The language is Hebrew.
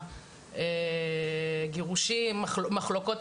לקראת סוף מאי השרה תקיים שוב המשך לדיונים ותחליט אם הם